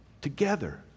together